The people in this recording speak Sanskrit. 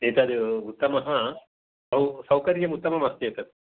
एतत् उत्तमः सौ सौकर्यम् उत्तमम् अस्ति एतत्